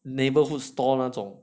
neighbourhood store 那种